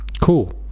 cool